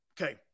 Okay